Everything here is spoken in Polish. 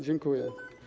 Dziękuję.